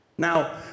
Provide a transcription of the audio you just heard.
Now